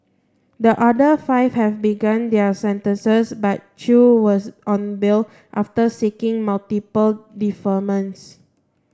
the other five have begun their sentences but Chew was on bail after seeking multiple deferments